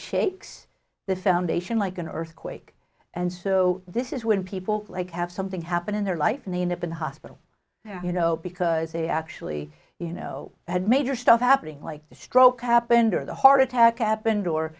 shakes the foundation like an earthquake and so this is when people like have something happen in their life and they end up in hospital you know because they actually you know had major stuff happening like the stroke happened or the heart attack happened or